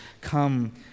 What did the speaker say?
come